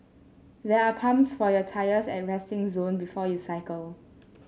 there are pumps for your tyres at the resting zone before you cycle